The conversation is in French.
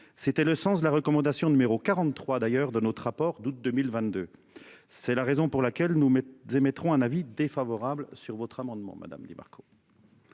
C'était le sens de la recommandation numéro 43 d'ailleurs de notre rapport d'août 2022. C'est la raison pour laquelle nous mais émettront un avis défavorable sur votre amendement madame Di Marco.